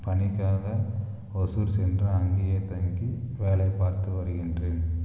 பணிக்காக ஒசூர் சென்று அங்கேயே தங்கி வேலை பார்த்து வருகின்றேன்